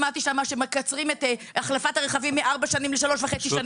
שמעתי שם שמקצרים את החלפת הרכבים מארבע שנים לשלוש שנים וחצי.